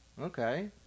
okay